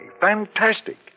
Fantastic